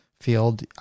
field